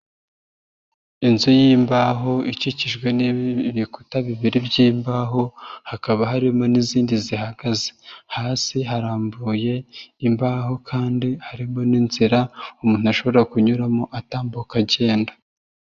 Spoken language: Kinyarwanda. Inzu y'imbaho ikikijwe n'ibikuta bibiri by'mbaho hakaba harimo n'izindi zihagaze, hasi harambuye imbaho kandi harimo n'inzira umuntu ashobora kunyuramo atambuka agenda.